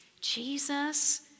Jesus